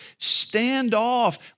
standoff